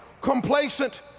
complacent